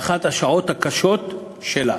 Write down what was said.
באחת השעות הקשות שלה.